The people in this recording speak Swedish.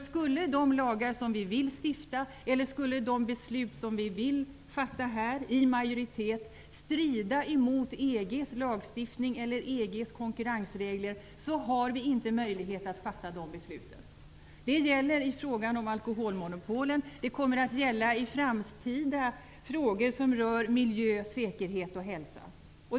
Skulle de lagar som vi vill stifta eller de beslut som majoriteten här vill fatta strida mot EG:s lagstiftning eller EG:s konkurrensregler har vi inte möjlighet att fatta de besluten. Det gäller i fråga om alkoholmonopolen, och det kommer i framtiden att gälla frågor som rör miljö, säkerhet och hälsa.